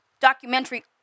documentary